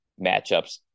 matchups